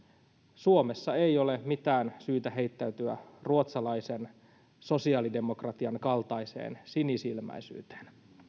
suomessa ei ole mitään syytä heittäytyä ruotsalaisen sosiaalidemokratian kaltaiseen sinisilmäisyyteen